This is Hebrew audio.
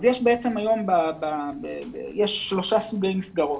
היום יש שלושה סוגי מסגרות.